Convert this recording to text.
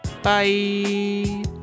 Bye